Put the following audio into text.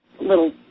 little